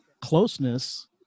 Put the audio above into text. closeness